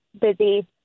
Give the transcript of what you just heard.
busy